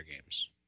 games